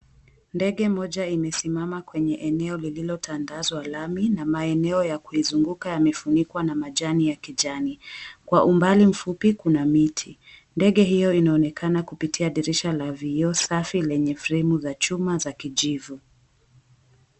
Ndege moja imesimama kwenye eneo lililotandazwa lami na maeneo ya kuizunguka yamefunikwa na majani ya kijani. Kwa umbali mfupi kuna miti. Ndege hiyo inaonekana kupitia dirisha la vioo safi lenye fremu za chuma za kijivu.